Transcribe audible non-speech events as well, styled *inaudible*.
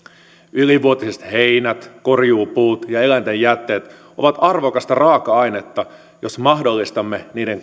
ylivuotiset heinät korjuupuut ja eläinten jätteet ovat arvokasta raaka ainetta jos mahdollistamme niiden *unintelligible*